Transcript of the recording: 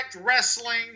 Wrestling